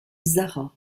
zara